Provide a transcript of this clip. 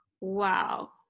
Wow